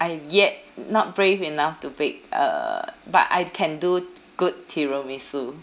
I yet not brave enough to bake uh but I can do good tiramisu